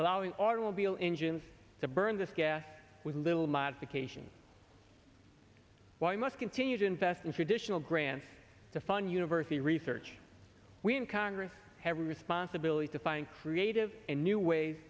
allowing automobile engines to burn this gas with little modification why must continue to invest in traditional grants to fun university research when congress has a responsibility to find creative and new ways